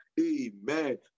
Amen